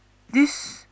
this